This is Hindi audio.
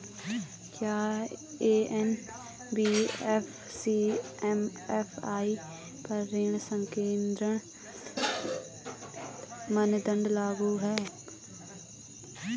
क्या एन.बी.एफ.सी एम.एफ.आई पर ऋण संकेन्द्रण मानदंड लागू हैं?